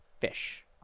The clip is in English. fish